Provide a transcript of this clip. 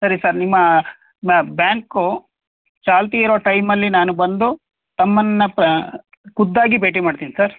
ಸರಿ ಸರ್ ನಿಮ್ಮ ಮ ಬ್ಯಾಂಕು ಚಾಲ್ತಿ ಇರೋ ಟೈಮಲ್ಲಿ ನಾನು ಬಂದು ತಮ್ಮನ್ನು ಪ ಖುದ್ದಾಗಿ ಭೇಟಿ ಮಾಡ್ತೀನಿ ಸರ್